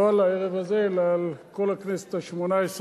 לא על הערב הזה אלא על כל הכנסת השמונה-עשרה,